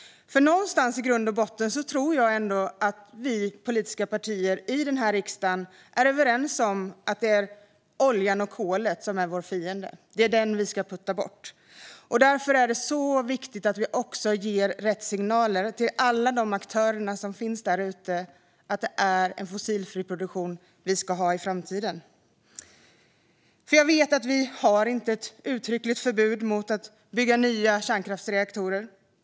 Någonstans i grund och botten tror jag ändå att de politiska partierna i den här riksdagen är överens om att det är oljan och kolet som är fienderna. Det är de som ska puttas bort. Därför är det mycket viktigt att ge rätt signaler till alla de aktörer som finns där ute, det vill säga att det är en fossilfri produktion vi ska ha i framtiden. Jag vet att vi inte har ett uttryckligt förbud mot att bygga nya kärnkraftsreaktorer.